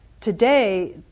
Today